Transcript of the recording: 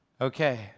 Okay